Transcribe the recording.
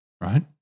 right